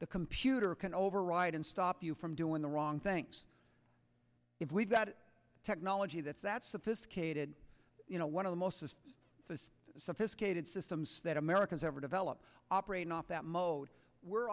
the computer can override and stop you from doing the wrong things if we've got a technology that's that sophisticated you know one of the most of the sophisticated systems that americans ever developed operating off that mode were